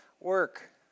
work